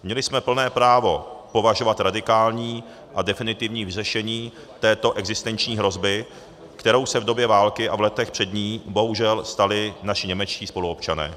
Měli jsme plné právo požadovat radikální a definitivní vyřešení této existenční hrozby, kterou se v době války a v letech před ní bohužel stali naši němečtí spoluobčané.